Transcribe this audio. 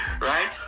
right